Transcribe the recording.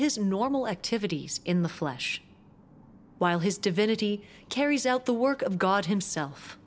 his normal activities in the flesh while his divinity carries out the work of god himself